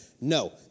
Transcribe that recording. no